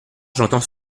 j’entends